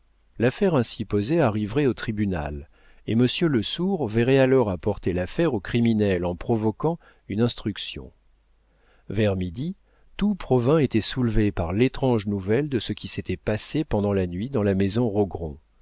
l'affaire ainsi posée arriverait au tribunal et monsieur lesourd verrait alors à porter l'affaire au criminel en provoquant une instruction vers midi tout provins était soulevé par l'étrange nouvelle de ce qui s'était passé pendant la nuit dans la maison